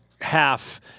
half –